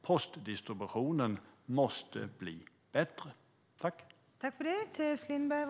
Postdistributionen måste bli bättre.